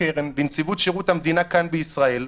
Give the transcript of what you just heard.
הקרן לנציבות שירות המדינה כאן בישראל,